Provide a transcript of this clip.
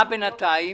ומה בינתיים,